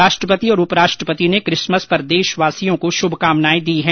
राष्ट्रपति और उपराष्ट्रपति ने किसमस पर देशवासियों को शुभकामनाएं दी हैं